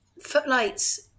Footlights